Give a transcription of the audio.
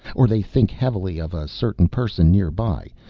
or they think heavily of a certain person nearby,